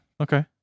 okay